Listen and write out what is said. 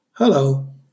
Hello